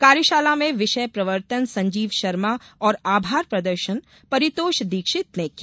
कार्यशाला में विषय प्रवर्तन संजीव शर्मा और आभार प्रदर्शन परितोष दीक्षित ने किया